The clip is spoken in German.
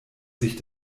sich